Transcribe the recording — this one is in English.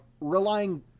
relying